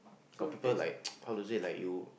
got people like how to say like you